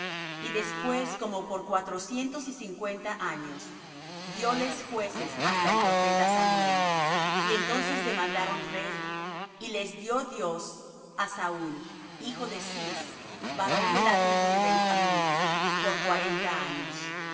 y después como por cuatrocientos y cincuenta años dió les jueces hasta el profeta samuel y entonces demandaron rey y les dió dios á saúl hijo de cis varón de la tribu de benjamín por cuarenta años